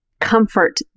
comfort